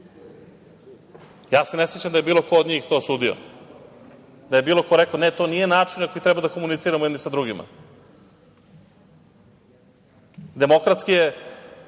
Ja se ne sećam da je bilo ko od njih to osudio, da je bilo ko rekao – ne, to nije način na koji treba da komuniciramo jedni sa drugima. Demokratski je